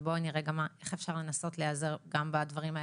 ובואי נראה איך אפשר לנסות להיעזר גם בדברים האלה.